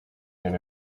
than